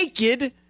naked